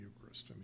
Eucharist